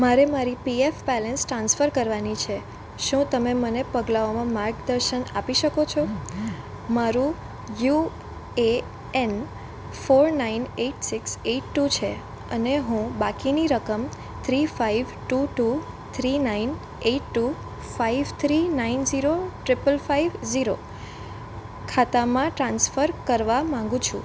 મારે મારી PF balance transfer કરવાની છે શું તમે મને પગલાઓમાં માર્ગદર્શન આપી શકો છો મારો U A N four nine eight six eight two છે અને હું બાકીની રકમ three five two two three nine eight two five three nine zero triple five zero ખાતામાં ટ્રાન્સફર કરવા માગું છું